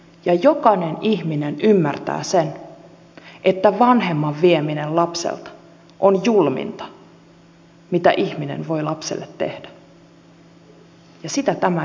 ja jokainen ihminen ymmärtää sen että vanhemman vieminen lapselta on julminta mitä ihminen voi lapselle tehdä ja sitä tämä esitys on